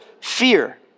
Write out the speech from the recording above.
fear